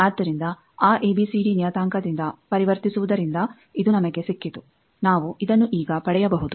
ಆದ್ದರಿಂದ ಆ ಎಬಿಸಿಡಿ ನಿಯತಾಂಕದಿಂದ ಪರಿವರ್ತಿಸುವುದರಿಂದ ಇದು ನಮಗೆ ಸಿಕ್ಕಿತು ನಾವು ಇದನ್ನು ಈಗ ಪಡೆಯಬಹುದು